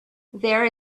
there